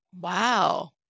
Wow